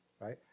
right